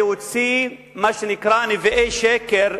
להוציא מה שנקרא "נביאי שקר",